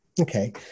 Okay